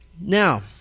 Now